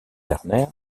werner